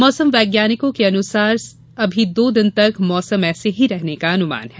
मौसम वैज्ञानिकों के अनुसार अभी दो दिन तक मौसम ऐसे ही रहने का अनुमान है